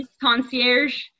concierge